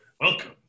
welcome